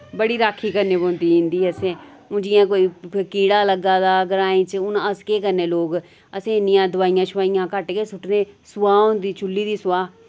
बड़ी राक्खी करने पौंदी इं'दी असें हुन जि'यां कोई कीड़ा लग्गा दा ग्राएं च हुन अस केह् करने लोक अस इन्नियां दवाइयां शोआइयां घट्ट गै सु'ट्ट्ने सुआह् होंदी चु'ल्ली दी सुआह्